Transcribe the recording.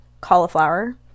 cauliflower